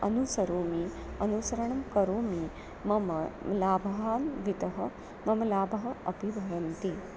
अनुसरामि अनुसरणं करोमि मम लाभान्वितः मम लाभाः अपि भवन्ति